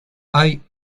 hay